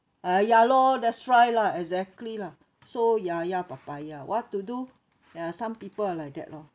ah ya lor that's why lah exactly lah so ya ya papaya what to do ya some people are like that lor